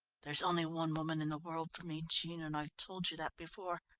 there's only one woman in the world for me, jean, and i've told you that before.